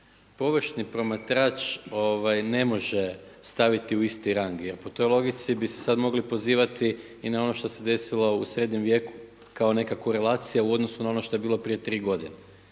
površni promatrač ne može staviti u isti rang jer po toj logici bi se sada mogli pozivati i na ono što se desilo u srednjem vijeku kao neka korelacija u odnosu na ono što je bilo prije tri godine.